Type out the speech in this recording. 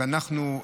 אנחנו,